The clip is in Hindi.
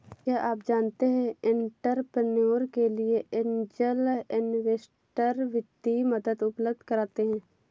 क्या आप जानते है एंटरप्रेन्योर के लिए ऐंजल इन्वेस्टर वित्तीय मदद उपलब्ध कराते हैं?